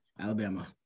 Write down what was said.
Alabama